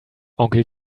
onkel